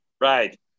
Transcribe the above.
Right